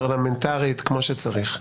פרלמנטרית, כמו שצריך.